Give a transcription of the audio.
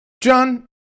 john